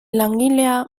langilea